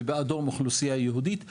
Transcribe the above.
ובאדום אצל האוכלוסייה היהודית בערך.